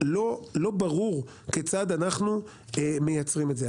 לא ברור כיצד אנחנו מייצרים את זה.